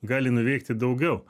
gali nuveikti daugiau